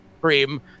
cream